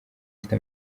mfite